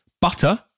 butter